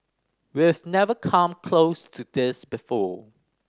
we've never come close to this before